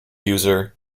user